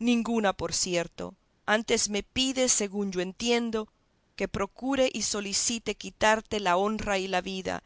ninguna por cierto antes me pides según yo entiendo que procure y solicite quitarte la honra y la vida